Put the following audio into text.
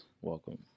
welcome